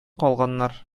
калганнар